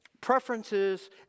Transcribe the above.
preferences